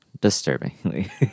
Disturbingly